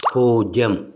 പൂജ്യം